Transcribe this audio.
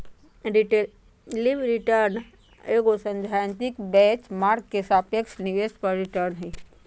relative return एगो सैद्धांतिक benchmark के सापेक्ष निवेश पर रिटर्न हइ